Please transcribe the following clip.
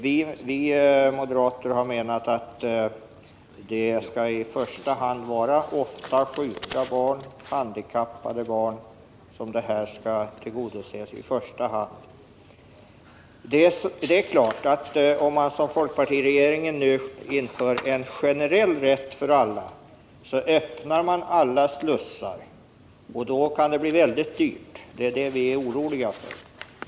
Vi moderater har menat att det skall vara ofta sjuka barn och handikappade barn som skall tillgodoses i första hand. Det är klart att om man, som folkpartiregeringen nu vill göra, inför en generell rätt för alla, så öppnar man alla slussar, och det kan bli väldigt dyrt — det är det vi är oroliga för.